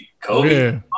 Kobe